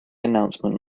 announcement